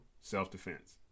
self-defense